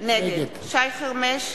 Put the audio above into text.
נגד שי חרמש,